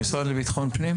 המשרד לביטחון לאומי.